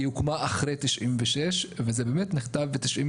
היא הוקמה אחרי 1996, וזה באמת נכתב ב-1996.